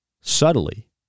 subtly